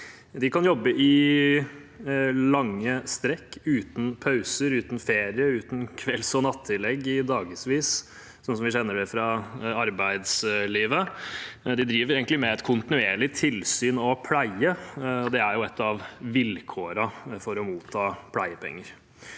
De kan jobbe i lange strekk, i dagevis, uten pauser, uten ferie og uten kvelds- og nattillegg slik vi kjenner det fra arbeidslivet. De driver egentlig kontinuerlig tilsyn og pleie, og det er et av vilkårene for å motta pleiepenger.